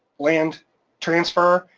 land transfer,